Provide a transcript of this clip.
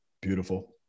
Beautiful